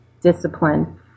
Discipline